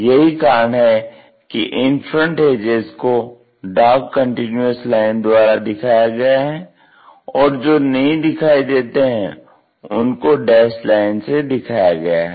यही कारण है कि इन फ्रंट एजेज़ को डार्क कंटीन्यूअस लाइन द्वारा दिखाया गया है और जो नहीं दिखाई देते है उनको डैस्ड लाइन से दिखाया गया है